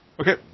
Okay